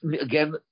again